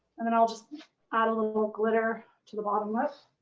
and then i'll just add a little glitter to the bottom lip.